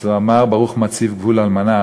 אז הוא אמר: ברוך מציב גבול אלמנה.